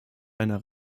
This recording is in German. einer